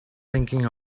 thinking